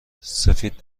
سفید